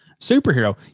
superhero